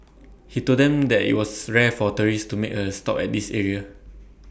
he told them that IT was rare for tourists to make A stop at this area